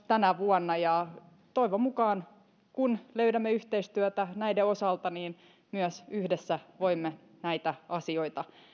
tänä vuonna ja kun toivon mukaan löydämme yhteistyötä näiden osalta myös yhdessä voimme näitä asioita